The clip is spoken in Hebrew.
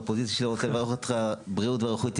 אני בפוזיציה שלי רוצה לברך אותך בבריאות ואריכות ימים,